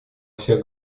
всех